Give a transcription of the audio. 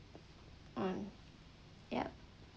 on ya